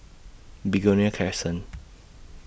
Begonia Crescent